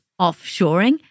offshoring